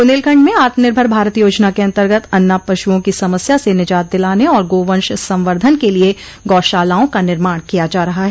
बुंदेलखंड मे आत्मनिर्भर भारत योजना के अन्तर्गत अन्ना पशुओं की समस्या से निजात दिलाने और गोवंश संवर्धन के लिये गौशालाओं का निर्माण किया जा रहा है